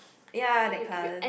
ya that class